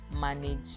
manage